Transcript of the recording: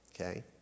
okay